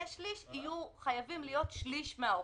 שליש יהיו חייבים להיות שליש מהאופוזיציה.